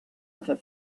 other